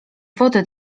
wody